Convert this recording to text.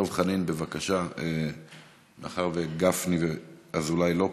דב חנין, בבקשה, מאחר שגפני ואזולאי לא פה,